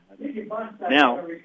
Now